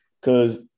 Cause